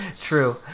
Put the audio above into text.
true